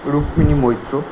Rukmini Maitra